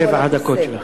תמו שבע הדקות שלך.